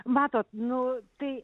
matot nu tai